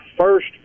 first